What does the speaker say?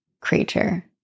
creature